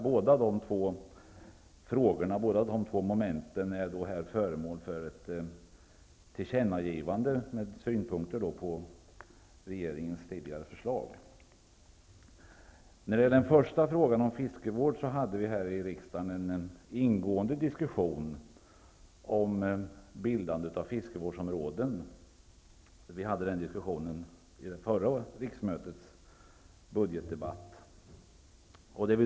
Båda dessa moment är föremål för ett tillkännagivande med synpunkter på regeringens tidigare förslag. När det gäller den första frågan om fiskevård hade vi en ingående diskussion här i riksdagen om bildandet av fiskevårdsområden vid förra riksmötets budgetdebatt.